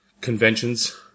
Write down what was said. conventions